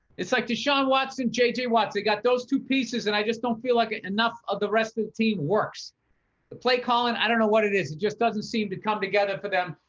it's like to sean watson, jj watson got those two pieces. and i just don't feel like enough of the rest of the team works to play colin. i don't know what it is. it just doesn't seem to come together for them.